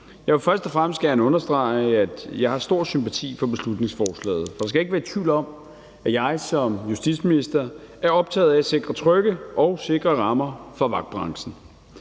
Jeg vil først og fremmest gerne understrege, at jeg har stor sympati for beslutningsforslaget, og der skal ikke være tvivl om, at jeg som justitsminister er optaget af at sikre trygge og sikre rammer for vagtbranchen.